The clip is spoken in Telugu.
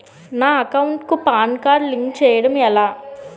నా అకౌంట్ కు పాన్ కార్డ్ లింక్ చేయడం ఎలా?